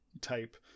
type